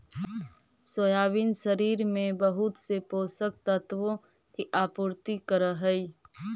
soybean शरीर में बहुत से पोषक तत्वों की आपूर्ति करअ हई